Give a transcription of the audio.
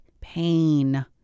pain